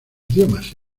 idiomas